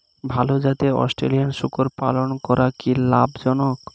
ভাল জাতের অস্ট্রেলিয়ান শূকরের পালন করা কী লাভ জনক?